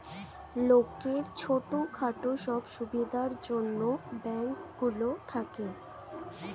লোকের ছোট খাটো সব সুবিধার জন্যে ব্যাঙ্ক গুলো থাকে